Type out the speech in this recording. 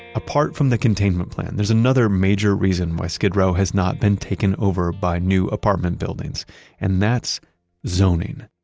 apart from the containment plan, there is another major reason why skid row has not been taken over by new apartment buildings and that's zoning.